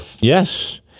Yes